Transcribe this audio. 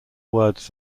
words